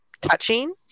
touching